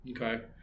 Okay